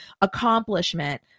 accomplishment